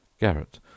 Garrett